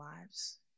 lives